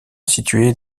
située